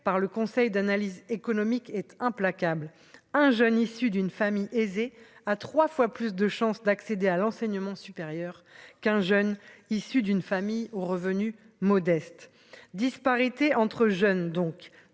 par le Conseil d'analyse économique et implacable, un jeune issu d'une famille aisée à 3 fois plus de chances d'accéder à l'enseignement supérieur qu'un jeune issu d'une famille aux revenus modestes disparités entre jeunes donc